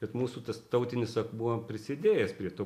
bet mūsų tas tautinis akmuo prisidėjęs prie to